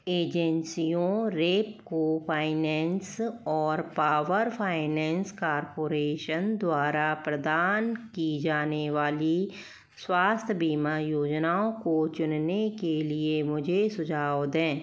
एजेंसियों रेपको फाइनेंस और power finance corporation द्वारा प्रदान की जाने वाली स्वास्थ बीमा योजनाओं को चुनने के लिए मुझे सुझाव दें